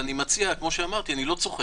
כמו נסיעה לאיזה אי ביוון,